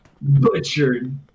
butchered